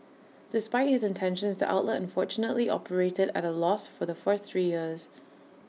despite his intentions the outlet unfortunately operated at A loss for the first three years